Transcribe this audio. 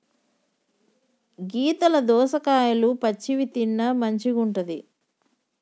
గీతల దోసకాయలు పచ్చివి తిన్న మంచిగుంటది